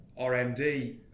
RMD